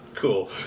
cool